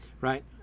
right